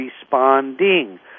responding